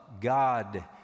God